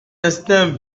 instinct